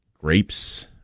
grapes